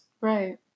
Right